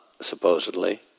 supposedly